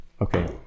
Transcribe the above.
Okay